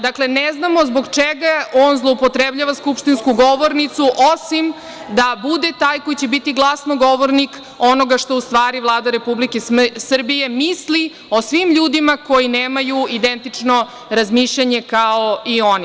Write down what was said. Dakle, ne znamo zbog čega on zloupotrebljava skupštinsku govornicu, osim da bude taj koji će da bude glasnogovornik onoga što u stvari Vlada Republike Srbije misli i svim ljudima koji nemaju identično razmišljanje kao i oni.